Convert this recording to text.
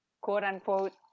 quote-unquote